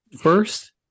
First